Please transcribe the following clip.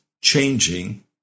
Changing